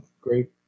Great